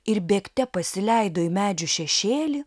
ir bėgte pasileido į medžių šešėlį